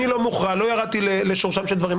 אני לא מוכרע, לא ירדתי לשורשם של דברים.